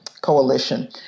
coalition